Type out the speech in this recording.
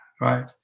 right